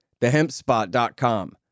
Thehempspot.com